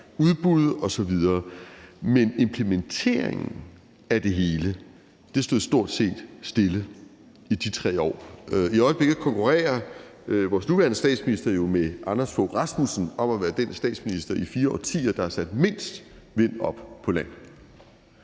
udbud igennem osv., men implementeringen af det hele stod stort set stille i de tre år; i øjeblikket konkurrerer vores nuværende statsminister jo med Anders Fogh Rasmussen om at være den statsminister i fire årtier, der har sat mindst i forhold